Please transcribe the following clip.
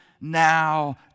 now